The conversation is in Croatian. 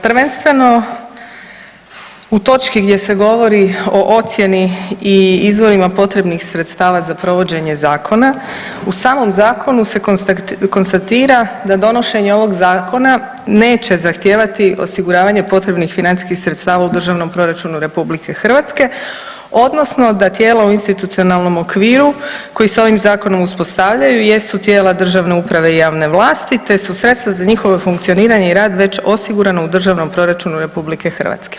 Prvenstveno u točki gdje se govori o ocjeni i izvorima potrebnih sredstava za provođenje zakona u samom zakonu se konstatira da donošenje ovog zakona neće zahtijevati osiguravanje potrebnih financijskih sredstava u Državnom proračunu RH odnosno da tijelo u institucionalnom okviru koji se ovim zakonom uspostavljaju jesu tijela državne uprave i javne vlasti, te su sredstva za njihovo funkcioniranje i rad već osigurana u Državnom proračunu RH.